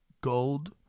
Gold